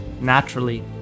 naturally